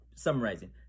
Summarizing